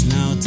Now